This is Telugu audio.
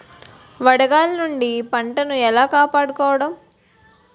వడగాలి నుండి పంటను ఏలా కాపాడుకోవడం?